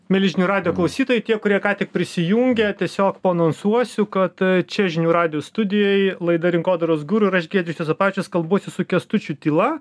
mieli žinių radijo klausytojai tie kurie ką tik prisijungė tiesiog paanonsuosiu kad čia žinių radijo studijoj laida rinkodaros guru ir aš giedrius juozapavičius kalbuosi su kęstučiu tyla